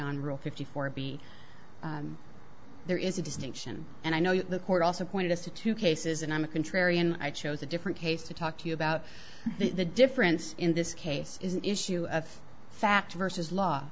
on rule fifty four b there is a distinction and i know the court also pointed us to two cases and i'm a contrary and i chose a different case to talk to you about the difference in this case is an issue of fact versus la